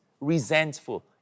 resentful